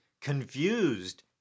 confused